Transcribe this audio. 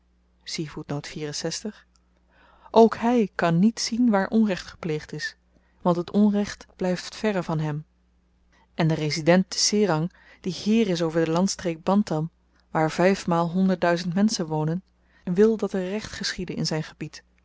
ook hy kan niet zien waar onrecht gepleegd is want het onrecht blyft verre van hem en de resident te serang die heer is over de landstreek bantam waar vyf maal honderd duizend menschen wonen wil dat er recht geschiede in zyn gebied